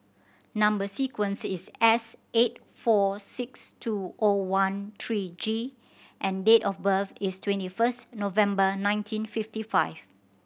number sequence is S eight four six two O one three G and date of birth is twenty first November nineteen fifty five